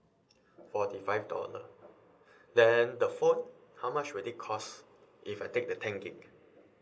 forty five dollar then the phone how much will it cost if I take the ten gigabyte